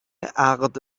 عقد